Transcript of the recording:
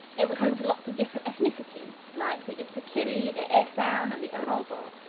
it was home to lots of different ethnicities, like the itsekiri, the esan and the urhobo,